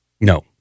No